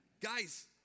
Guys